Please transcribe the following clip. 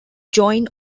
join